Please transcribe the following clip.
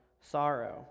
sorrow